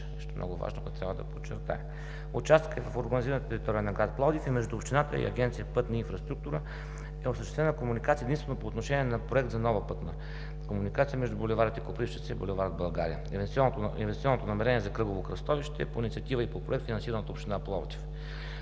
е много важно, което трябва да подчертая. За участъка от урбанизираната територия на град Пловдив между общината и Агенция „Пътна инфраструктура“ е осъществена комуникация единствено по отношение на Проект за нова пътна комуникация между ул. „Копривщица“ и бул. „България“. Инвестиционното намерение за кръгово кръстовище е по инициатива и по проект, финансиран от Община Пловдив.